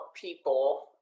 people